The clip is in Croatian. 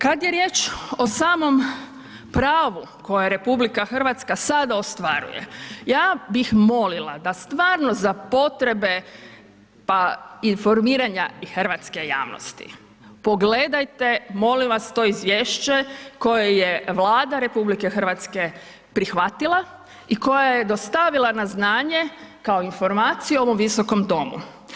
Kad je riječ o samom pravu koje RH sada ostvaruje, ja bih molila da stvarno za potrebe pa informiranja i hrvatske javnosti pogledajte molim vas to izvješće koje je Vlada RH prihvatila i koje je dostavila na znanje kao informaciju ovom visokom domu.